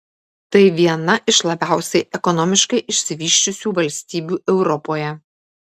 tai viena iš labiausiai ekonomiškai išsivysčiusių valstybių europoje